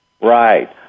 Right